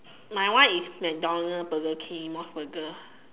my one is McDonald's Burger King mos Burger